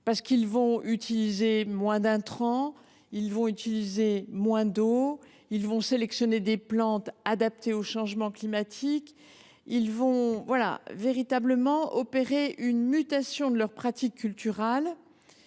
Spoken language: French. car ils vont utiliser moins d’intrants et moins d’eau, ils vont sélectionner des plantes adaptées au changement climatique et véritablement opérer une mutation de leurs pratiques culturales